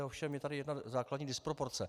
Ovšem je tady jedna základní disproporce.